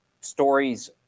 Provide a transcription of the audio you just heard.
stories